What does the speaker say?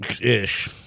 Ish